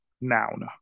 noun